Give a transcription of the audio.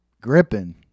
gripping